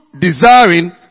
desiring